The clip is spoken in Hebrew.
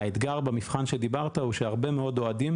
האתגר במבחן שדיברת הוא שהרבה מאוד אוהדים